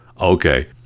Okay